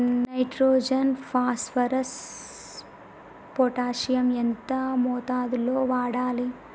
Nitrogen phosphorus potassium ఎంత మోతాదు లో వాడాలి?